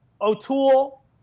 O'Toole